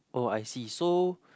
oh I see so